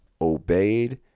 obeyed